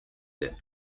that